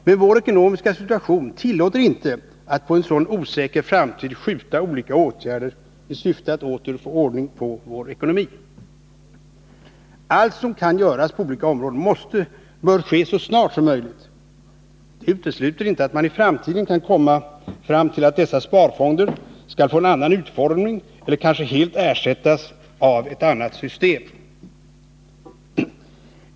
Men vår ekonomiska situation tillåter inte att vi på en så osäker framtid skjuter olika åtgärder i syfte att åter få ordning på vår ekonomi. Allt som kan göras på olika områden bör göras så snart som möjligt. Det utesluter inte att man i framtiden kan komma fram till att dessa sparfonder skall få en annan utformning eller kanske helt ersättas av ett annat system.